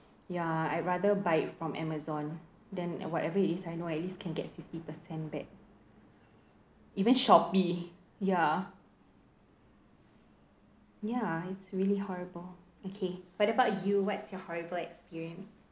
ya I'd rather buy from Amazon then whatever it is I know at least can get fifty percent back even Shopee ya ya it's really horrible okay what about you what's your horrible experience